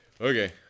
Okay